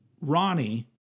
Ronnie